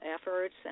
efforts